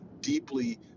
deeply